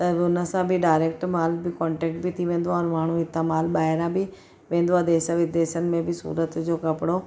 त बि हुनसां बि डायरेक्ट माल बि कॉन्टेक बि थी वेंदो आहे माण्हू हितां माल ॿाहिरां बि वेंदो आहे देश विदेशनि में सूरत जो कपिड़ो